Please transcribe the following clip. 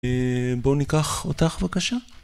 בואו ניקח אותך בבקשה.